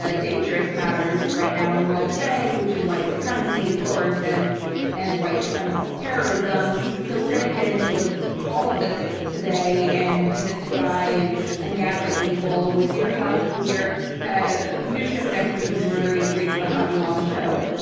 ah dangerous matters right now in the world today, which is white supremacy, of course, and and white supremacist terrorism. so we're gonna get into ah all of this today and demystify and un-gaslight people with your help and with your ah leadership and expertise. we're very grateful to have you on the show.